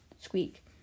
squeak